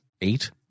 eight